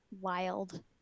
Wild